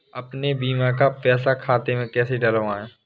अपने बीमा का पैसा खाते में कैसे डलवाए?